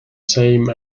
same